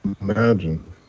Imagine